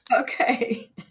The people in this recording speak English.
Okay